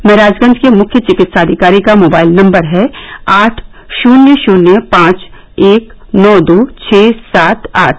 महराजगंज के मुख्य चिकित्साधिकारी का मोबाइल नम्बर है आठ शून्य शून्य पांच एक नौ दो छः सात आठ